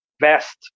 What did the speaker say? vest